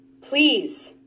please